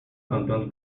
cantando